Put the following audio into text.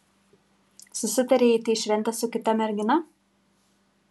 susitarei eiti į šventę su kita mergina